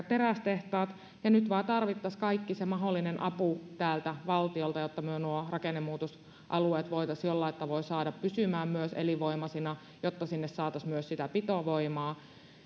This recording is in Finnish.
terästehtaat ja nyt vain tarvittaisiin kaikki se mahdollinen apu täältä valtiolta jotta me nuo rakennemuutosalueet voitaisiin jollain tavoin saada pysymään elinvoimaisina jotta sinne saataisiin myös sitä pitovoimaa